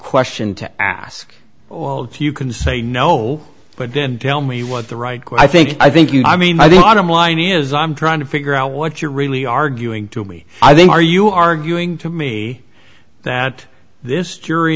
question to ask if you can say no but then tell me what the right quite i think i think you i mean by the bottom line is i'm trying to figure out what you're really arguing to me i think are you arguing to me that this jury